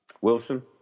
Wilson